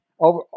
over